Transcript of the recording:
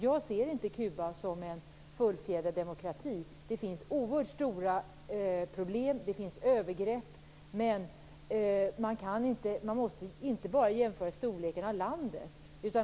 Jag ser inte Kuba som en fullfjädrad demokrati. Det finns oerhört stora problem och det finns övergrepp, men man kan inte bara jämföra storleken på landet.